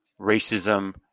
racism